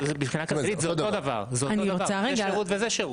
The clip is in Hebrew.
זה שירות וזה שירות.